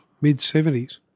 mid-70s